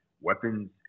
weapons